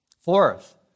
Fourth